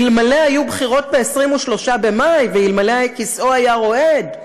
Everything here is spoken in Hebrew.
היו אלמלא היו בחירות ב-23 במאי ואלמלא כיסאו היה רועד.